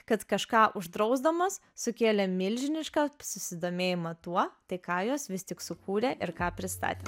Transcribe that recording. kad kažką uždrausdamas sukėlė milžinišką susidomėjimą tuo tai ką jos vis tik sukūrė ir ką pristatė